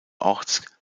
orts